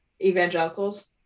evangelicals